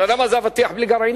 אתה יודע מה זה אבטיח בלי גרעינים?